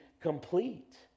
complete